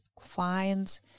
find